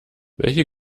welche